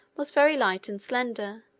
was very light and slender,